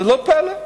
ולא פלא.